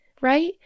right